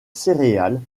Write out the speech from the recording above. céréales